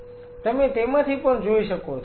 Refer Time 0501 તમે તેમાંથી પણ જોઈ શકો છો